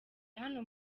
hano